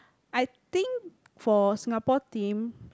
I think for Singapore team